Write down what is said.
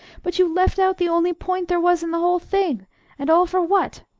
but you left out the only point there was in the whole thing and all for what?